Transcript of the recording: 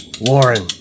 warren